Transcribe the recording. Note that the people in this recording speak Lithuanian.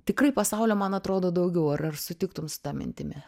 tikrai pasaulio man atrodo daugiau ar ar sutiktum su ta mintimi